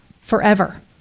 forever